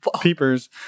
peepers